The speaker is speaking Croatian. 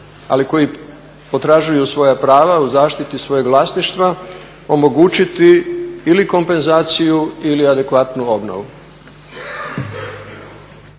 ali koji potražuju svoja prava u zaštiti svojeg vlasništva omogućiti ili kompenzaciju ili adekvatnu obnovu?